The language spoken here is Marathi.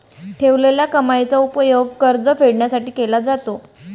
ठेवलेल्या कमाईचा उपयोग कर्ज फेडण्यासाठी केला जातो